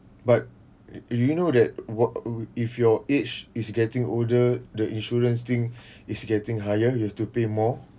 but y~ you know that what i~ if your age is getting older the insurance thing is getting higher you have to pay more